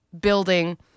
building